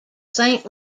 saint